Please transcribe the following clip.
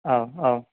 औ औ